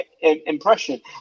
impression